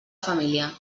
família